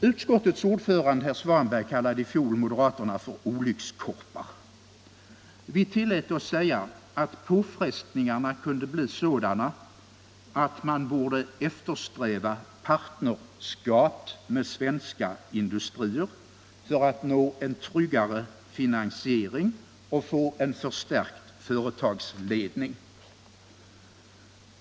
Utskottets ordförande herr Svanberg kallade i fjol moderaterna för olyckskorpar. Vi tillät oss säga att påfrestningarna kunde bli sådana att man borde eftersträva partnerskap med svenska industrier för att nå en tryggare finansiering och få en förstärkt företagsledning.